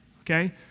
Okay